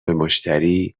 مشتری